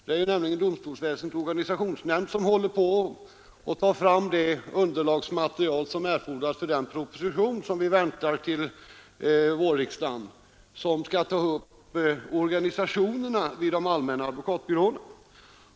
Det är nämligen domstolsväsendets organisationsnämnd som tar fram det erforderliga underlaget till den proposition angående de allmänna advokatbyråernas organisation som vi väntar till vårriksdagen.